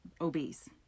obese